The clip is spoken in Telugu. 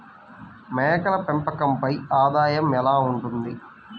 మేకల పెంపకంపై ఆదాయం ఎలా ఉంటుంది?